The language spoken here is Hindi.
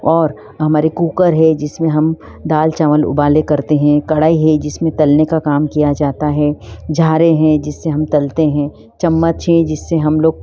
और हमारे कूकर है जिसमें हम दाल चावल उबाले करते हैं कढ़ाई है जिसमें तलने का काम किया जाता है झाड़ें हैं जिससे हम तलते हैं चम्मच हैं जिससे हम लोग